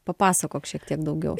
papasakok šiek tiek daugiau